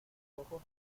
ojos